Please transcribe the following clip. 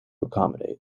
accommodate